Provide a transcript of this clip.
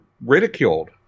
ridiculed